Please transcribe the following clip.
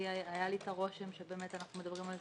היה לי את הרושם שבאמת אנחנו מדברים על הנושא של תחבורה.